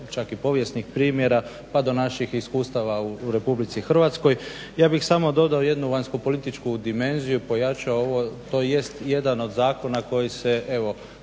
čak i povijesnih primjera pa do naših iskustava u RH. Ja bih samo dodao jednu vanjskopolitičku dimenziju, pojačao ovo. To jest jedan od zakona koji se evo